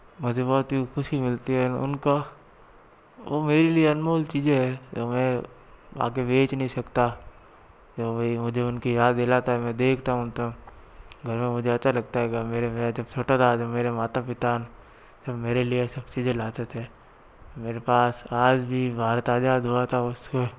मुझे बहुत ही खुशी मिलती है उनको ओ मेरे लिए अनमोल चीज़ें हैं जो मैं आगे बेच नहीं सकता जो भई मुझे उनकी याद दिलाता है मैं देखता हूँ तो घर में मुझे अच्छा लगता हैगा मेरे मैं जब छोटा था तो मेरे माता पिता मेरे लिए सब चीज़ें लाते थे मेरे पास आज भी भारत आज़ाद हुआ था उसके